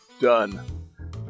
Done